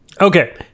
okay